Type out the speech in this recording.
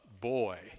boy